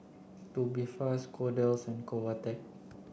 Tubifast Kordel's and Convatec